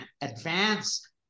advance